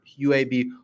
UAB